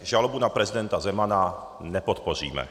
Žalobu na prezidenta Zemana nepodpoříme.